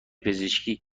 پزشکی